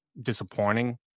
disappointing